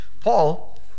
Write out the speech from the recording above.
Paul